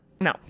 No